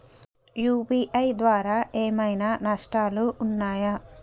UPI ద్వారా ఏమైనా నష్టాలు ఉన్నయా?